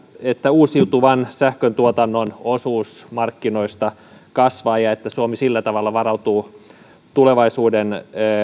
että uusiutuvan sähköntuotannon osuus markkinoista kasvaa ja että suomi sillä tavalla varautuu tulevaisuuden